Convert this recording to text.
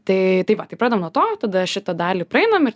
tai tai va tai pradedam nuo to tada šitą dalį praeinam ir